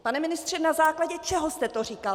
Pane ministře, na základě čeho jste to říkal?